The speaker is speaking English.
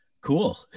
Cool